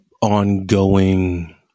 ongoing